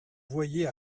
voyez